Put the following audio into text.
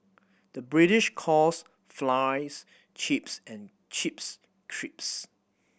the British calls flies chips and chips crisps